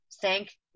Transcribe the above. thank